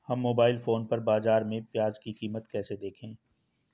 हम mobile phone पर बाज़ार में प्याज़ की कीमत कैसे देखें?